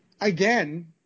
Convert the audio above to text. again